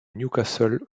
newcastle